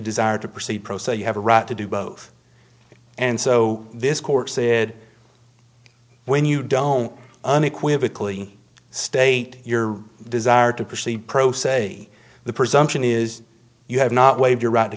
desire to proceed pro se you have a right to do both and so this court said when you don't unequivocally state your desire to proceed pro se the presumption is you have not waive your right to